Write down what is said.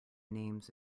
names